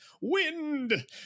wind